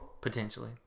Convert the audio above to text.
Potentially